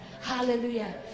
Hallelujah